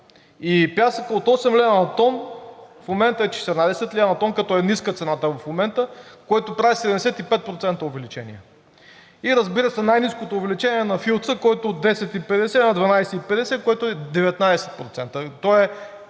И пясъкът от 8 лв. на тон в момента е 14 лв. на тон, като е ниска цената в момента, което прави 85% увеличение. И разбира се, най-ниското увеличение е на филца, който от 10,50 е на 12,50, което е 19%,